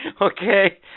Okay